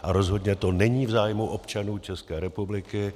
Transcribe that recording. A rozhodně to není v zájmu občanů České republiky.